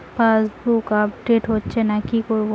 Passbook update হচ্ছেনা কি করবো?